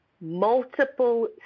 multiple